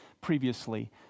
previously